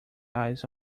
eyes